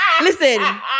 Listen